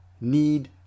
need